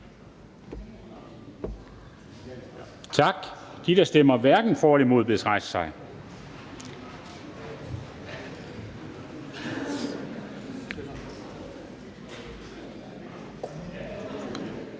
Tak. De, der stemmer hverken for eller imod, bedes rejse sig. Tak.